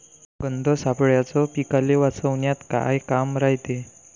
गंध सापळ्याचं पीकाले वाचवन्यात का काम रायते?